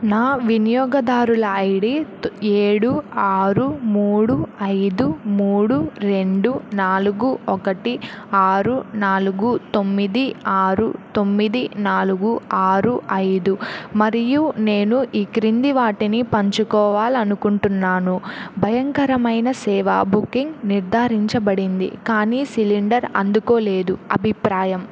నా వినియోగదారుల ఐడి ఏడు ఆరు మూడు ఐదు మూడు రెండు నాలుగు ఒకటి ఆరు నాలుగు తొమ్మిది ఆరు తొమ్మిది నాలుగు ఆరు ఐదు మరియు నేను ఈ క్రింది వాటిని పంచుకోవాలి అనుకుంటున్నాను భయంకరమైన సేవా బుకింగ్ నిర్ధారించబడింది కానీ సిలిండర్ అందుకోలేదు అభిప్రాయం